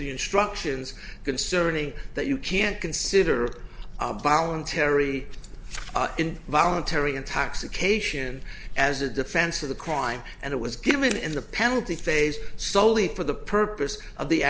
the instructions concerning that you can't consider balance terry in voluntary intoxication as a defense of the crime and it was given in the penalty phase solely for the purpose of the